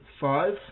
five